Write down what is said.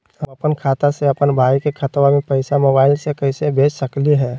हम अपन खाता से अपन भाई के खतवा में पैसा मोबाईल से कैसे भेज सकली हई?